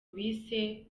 bise